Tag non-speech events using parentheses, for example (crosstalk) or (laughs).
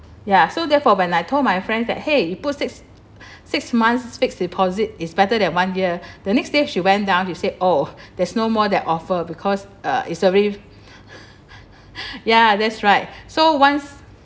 ya so therefore when I told my friends that !hey! you put six (breath) six months fixed deposit is better than one year (breath) the next day she went down she say oh there's no more that offer because uh it's a (laughs) ya that's right so once